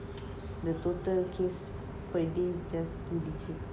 the total case per day is just two digits